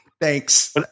Thanks